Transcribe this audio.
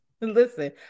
listen